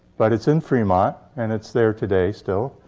but it's in fremont. and it's there today still.